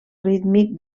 rítmic